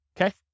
okay